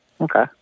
Okay